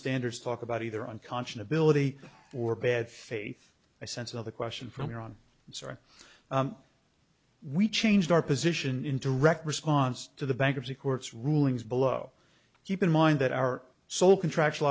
standards talk about either unconscionable italy or bad faith a sense of the question from here on it's are we changed our position in direct response to the bankruptcy court's rulings below keep in mind that our sole contractual